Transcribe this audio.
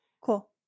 Cool